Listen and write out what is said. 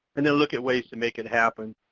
and then look at ways to make it happen.